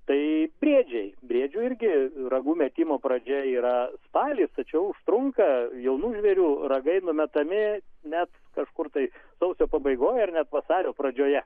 tai briedžiai briedžių irgi ragų metimo pradžia yra spalį tačiau sprunka jaunų žvėrių ragai numetami net kažkur tai sausio pabaigoj ar net vasario pradžioje